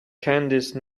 candice